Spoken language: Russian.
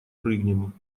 прыгнем